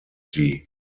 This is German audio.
sie